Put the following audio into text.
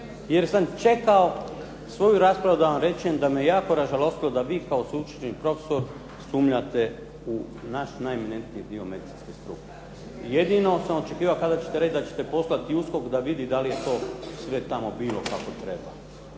jer sam čekao svoju raspravu da vam rečem da me jako ražalostilo da vi kao sveučilišni profesor sumnjate u naš najeminentniji dio medicinske struke i jedino sam očekivao kada ćete reći da ćete poslati USKOK da vidi da li to sve tamo bilo kako treba.